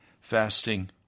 Fasting